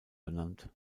benannt